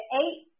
eight